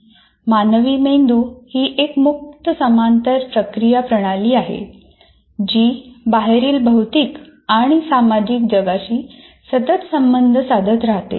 मानवी मेंदू ही एक मुक्त समांतर प्रक्रिया प्रणाली आहे जी बाहेरील भौतिक आणि सामाजिक जगांशी सतत संवाद साधत रहाते